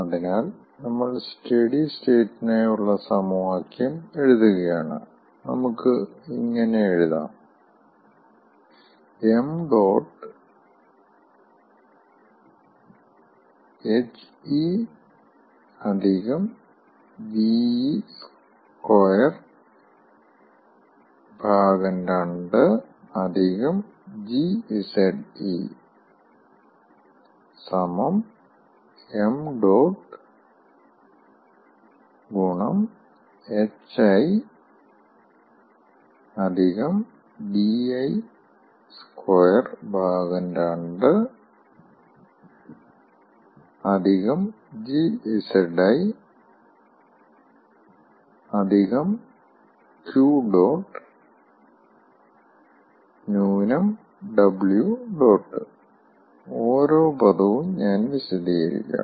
അതിനാൽ നമ്മൾ സ്റ്റെഡി സ്റ്റേറ്റിനായുള്ള സമവാക്യം എഴുതുകയാണ് നമുക്ക് ഇങ്ങനെ എഴുതാം ṁ he Ve22 gZe ṁ hi Vi22 gZi Q̇ − Ẇ ഓരോ പദവും ഞാൻ വിശദീകരിക്കാം